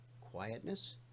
quietness